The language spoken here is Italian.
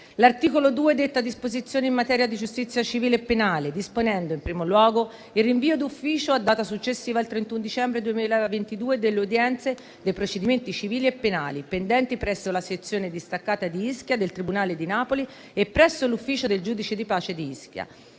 L'articolo 2 detta disposizioni in materia di giustizia civile e penale disponendo, in primo luogo, il rinvio d'ufficio a data successiva al 31 dicembre 2022 delle udienze dei procedimenti civili e penali pendenti presso la sezione distaccata di Ischia del tribunale di Napoli e presso l'ufficio del giudice di pace di Ischia.